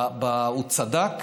הוא צדק,